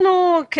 (מוקרן שקף,